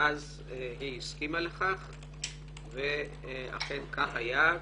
ואז היא הסכימה לכך ואכן כך היה.